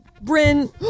Bryn